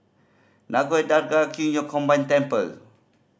Nagore Dargah Qing Yun Combined Temple